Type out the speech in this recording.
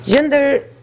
Gender